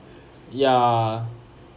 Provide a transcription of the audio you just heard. ya